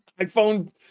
iphone